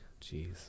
Jeez